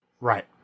Right